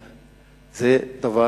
נכבדה,